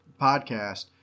podcast